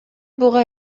буга